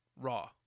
Raw